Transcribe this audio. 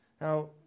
Now